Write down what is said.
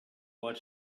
what